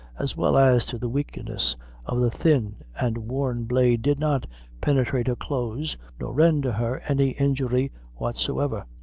as well as to the weakness of the thin and worn blade, did not penetrate her clothes, nor render her any injury whatsoever.